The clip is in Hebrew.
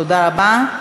תודה רבה.